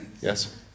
Yes